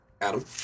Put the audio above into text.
Adam